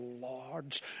lords